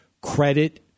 credit